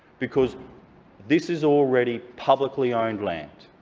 because this is already publicly-owned land.